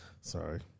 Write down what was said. Sorry